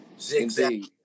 Zigzag